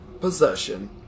possession